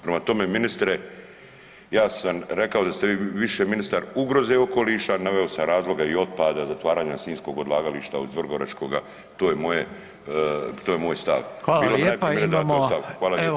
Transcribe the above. Prema tome ministre ja sam rekao da ste vi više ministar ugroze okoliša, naveo sam razloge i otpada, zatvaranja sinjskog odlagališta od Vrgoračkoga, to je moje, to je moj stav [[Upadica: Hvala lijepa]] [[Govornik se ne razumije]] Hvala lijepo.